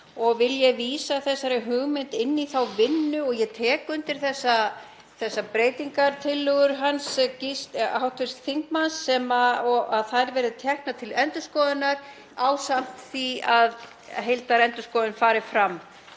er. Vil ég vísa þessari hugmynd inn í þá vinnu og ég tek undir þessar breytingartillögur hv. þingmanns, að þær verði teknar til skoðunar ásamt því að heildarendurskoðun fari fram,